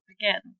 again